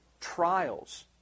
trials